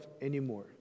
anymore